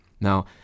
Now